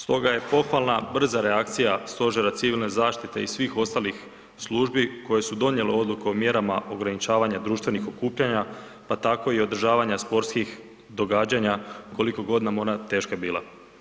Stoga je pohvalna brza reakcija Stožera civilne zaštite i svih ostalih službi koje su donijele odluku o mjerama ograničavanja društvenih okupljanja, pa tako i održavanja sportskih događanja koliko god nam ona teška bila.